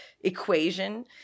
equation